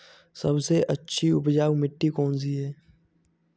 सबसे अच्छी उपजाऊ मिट्टी कौन सी है?